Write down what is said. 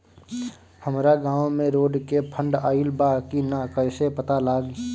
हमरा गांव मे रोड के फन्ड आइल बा कि ना कैसे पता लागि?